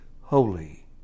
Holy